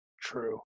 True